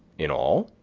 in all.